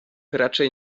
raczej